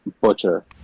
butcher